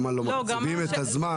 למה לא מקציבים את הזמן.